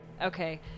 Okay